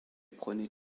prenait